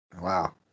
Wow